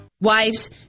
Wives